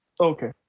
Okay